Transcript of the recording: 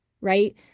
right